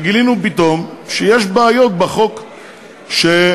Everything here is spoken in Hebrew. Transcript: וגילינו פתאום שיש בעיות בחוק שנחקק